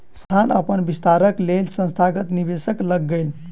संस्थान अपन विस्तारक लेल संस्थागत निवेशक लग गेल